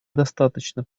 достаточно